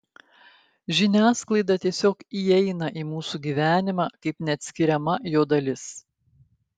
žiniasklaida tiesiog įeina į mūsų gyvenimą kaip neatskiriama jo dalis